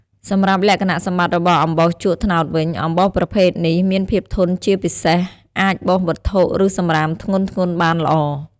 សម្រាប់លក្ខណៈសម្បត្តិរបស់អំបោសជក់ត្នោតវិញ អំបោសប្រភេទនេះមានភាពធន់ជាពិសេស អាចបោសវត្ថុ ឬសម្រាមធ្ងន់ៗបានល្អ។